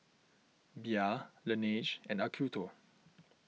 Bia Laneige and Acuto